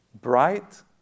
Bright